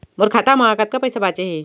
मोर खाता मा कतका पइसा बांचे हे?